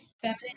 feminine